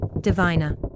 diviner